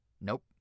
nope